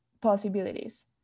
possibilities